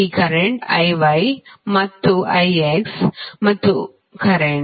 ಈ current IY ಇದು IX ಮತ್ತು ಈ ಕರೆಂಟ್